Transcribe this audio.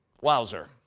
wowzer